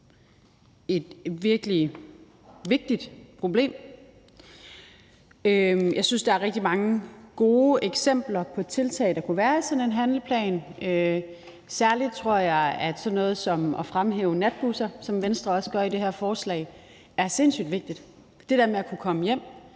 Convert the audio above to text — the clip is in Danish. et virkelig vigtigt problem. Jeg synes, at der er rigtig mange gode eksempler på tiltag, som der kunne være i sådan en handleplan. Men særlig tror jeg, at sådan noget som at fremhæve natbusser, som Venstre også gør i det her forslag, er sindssyg vigtigt. Det der med at kunne komme hjem